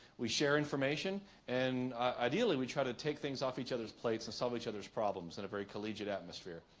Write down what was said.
we share information and ideally we try to take things off each others plates and solve each other's problems in a very collegiate atmosphere.